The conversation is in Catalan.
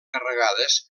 carregades